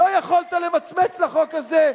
לא יכולת למצמץ לחוק הזה?